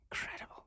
incredible